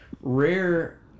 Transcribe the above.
rare